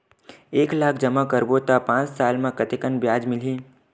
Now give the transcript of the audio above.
एक लाख जमा करबो त पांच साल म कतेकन ब्याज मिलही?